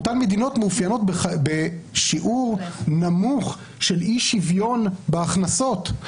בשיעור נמוך של אי-שוויון בהכנסות.